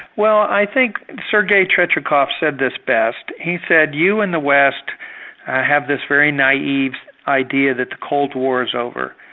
well i think sergei tretyakov said this best. he said, you in the west have this very naive idea that the cold war is over.